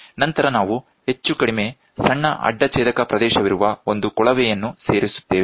ನಂತರ ನಾವು ಹೆಚ್ಚು ಕಡಿಮೆ ಸಣ್ಣ ಅಡ್ಡ ಛೇದಕ ಪ್ರದೇಶವಿರುವ ಒಂದು ಕೊಳವೆಯನ್ನು ಸೇರಿಸುತ್ತೇವೆ